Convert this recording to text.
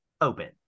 open